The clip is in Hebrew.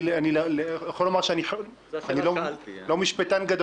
שאלו כמה חברי כנסת כי זה באמת מעט מבלבל.